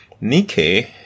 Nike